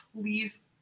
please